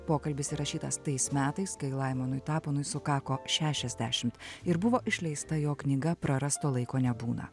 pokalbis įrašytas tais metais kai laimonui tapinui sukako šešiasdešimt ir buvo išleista jo knyga prarasto laiko nebūna